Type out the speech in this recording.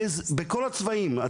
בכל הצבעים,